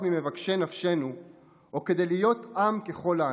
ממבקשי נפשנו או כדי להיות עם ככל העמים,